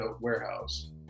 warehouse